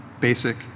basic